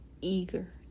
eager